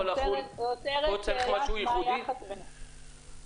נותרת השאלה מה היחס ביניהם.